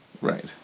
Right